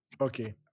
Okay